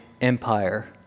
Empire